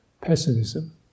pessimism